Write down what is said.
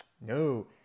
No